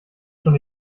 schon